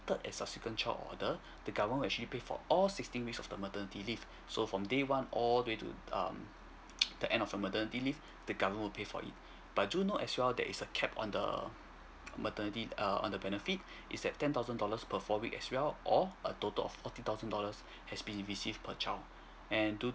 third and subsequent child order the government will actually pay for all sixteen weeks of the maternity leave so from day one all the way to um the end of the maternity leave the government will pay for it but do note as well there is a cap on the maternity err on the benefit is that ten thousand dollars per four weeks as well or a total of forty thousand dollars have been received per child and do